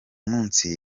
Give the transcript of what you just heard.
munsi